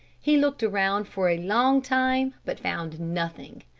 he looked around for a long time, but found nothing.